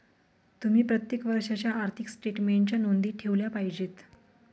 तुम्ही प्रत्येक वर्षाच्या आर्थिक स्टेटमेन्टच्या नोंदी ठेवल्या पाहिजेत